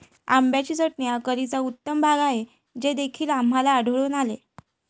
आंब्याची चटणी हा करीचा उत्तम भाग आहे हे देखील आम्हाला आढळून आले